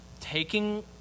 taking